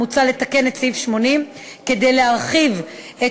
מוצע לתקן את סעיף 80 כדי להרחיב את